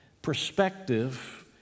perspective